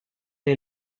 est